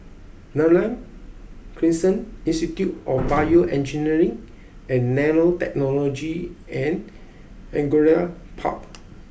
Neram Crescent Institute of BioEngineering and Nanotechnology and Angullia Park